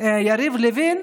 שלנו יריב לוין,